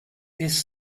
this